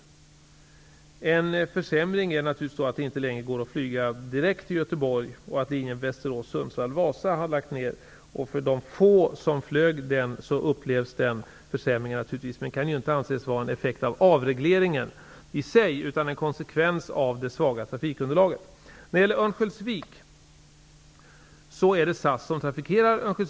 En försämring är naturligtvis att det inte längre går att flyga direkt till Göteborg och att linjen Västerås--Sundsvall--Vasa har lagts ned. För de få som flög den upplevs det naturligtvis som en försämring. Men det kan inte anses vara en effekt av avregleringen i sig, utan en konsekvens av det svaga trafikunderlaget.